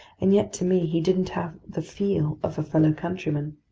and yet, to me, he didn't have the feel of a fellow countryman.